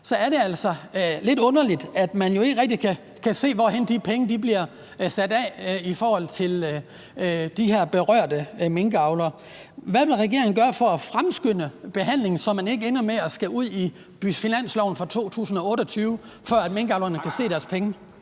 så er det jo altså lidt underligt, at man ikke rigtig kan se, hvor de penge bliver sat af i forhold til de her berørte minkavlere. Hvad vil regeringen gøre for at fremskynde behandlingen, så man ikke ender med at skulle ud i finansloven for 2028, før minkavlerne kan se deres penge?